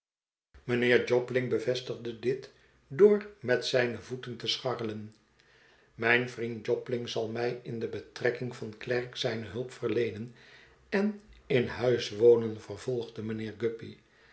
mijnheer jobling bevestigde dit door met zijne voeten te scharrelen mijn vriend jobling zal mij in de betrekking van klerk zijne hulp verleenen en in huis wonen vervolgde mijnheer guppy